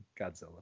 godzilla